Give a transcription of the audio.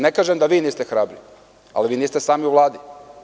Ne kažem da vi niste hrabri, ali vi niste sami u Vladi.